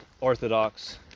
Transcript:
Orthodox